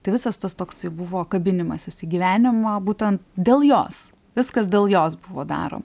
tai visas tas toksai buvo kabinimasis į gyvenimą būtent dėl jos viskas dėl jos buvo daroma